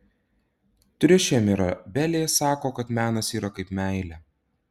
triušė mirabelė sako kad menas yra kaip meilė